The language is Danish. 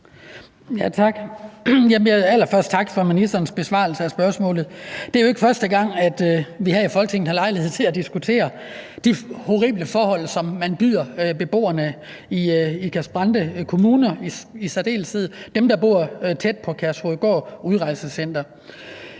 Tak. Allerførst tak for ministerens besvarelse af spørgsmålet. Det er jo ikke første gang, at vi her i Folketinget har lejlighed til at diskutere de horrible forhold, som man byder beboerne i Ikast-Brande Kommune i særdeleshed, dem, der bor tæt på Kærshovedgård Udrejsecenter.